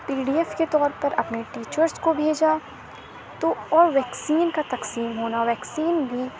پی D F کے طور پر اپنے ٹیچرس کو بھیجا تو اور ویکسین کا تقسیم ہونا ویکسین بھی